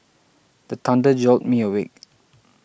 the thunder jolt me awake